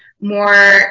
more